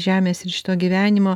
žemės ir šito gyvenimo